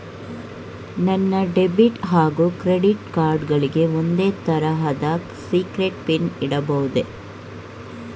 ನನ್ನ ಡೆಬಿಟ್ ಹಾಗೂ credit card ಗಳಿಗೆ ಒಂದೇ ತರಹದ ಸೀಕ್ರೇಟ್ ಪಿನ್ ಇಡಬಹುದೇ?